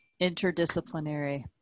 interdisciplinary